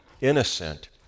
innocent